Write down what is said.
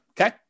Okay